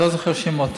אני לא זוכר שמות,